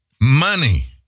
Money